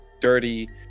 dirty